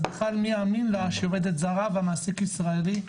אז בכלל מי יאמין לה כשהיא עובדת זרה והמעסיק ישראלי,